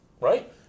Right